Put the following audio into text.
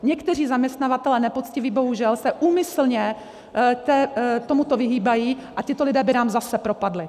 Někteří zaměstnavatelé nepoctiví, bohužel, se úmyslně tomuto vyhýbají a tito lidé by nám zase propadli.